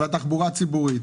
על התחבורה הציבורית,